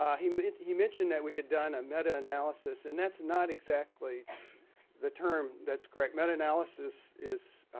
um he mentioned that we had done a metanalysis and that is not exactly the term that is correct. metanalysis is